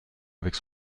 avec